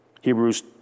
Hebrews